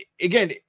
again